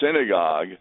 synagogue